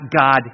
God